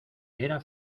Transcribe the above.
era